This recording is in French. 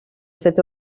cet